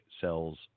sells